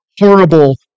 horrible